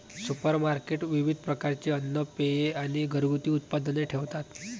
supermarket विविध प्रकारचे अन्न, पेये आणि घरगुती उत्पादने ठेवतात